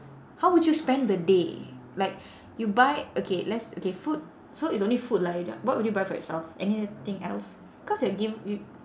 how would you spend the day like you buy okay let's okay food so it's only food lah you d~ what would you buy for yourself anything else cause you're gi~